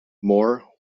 more